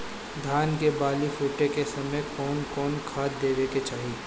धान के बाली फुटे के समय कउन कउन खाद देवे के चाही?